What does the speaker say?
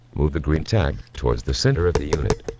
move the green tab towards the center of the unit.